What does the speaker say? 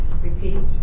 Repeat